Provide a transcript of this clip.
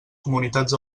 comunitats